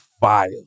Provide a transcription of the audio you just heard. fire